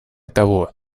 того